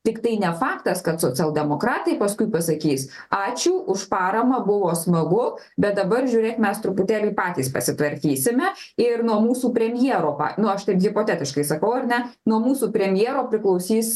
tiktai ne faktas kad socialdemokratai paskui pasakys ačiū už paramą buvo smagu bet dabar žiūrėk mes truputėlį patys pasitvarkysime ir nuo mūsų premjero pa nu aš tik hipotetiškai sakau ar ne nuo mūsų premjero priklausys